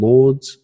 Lords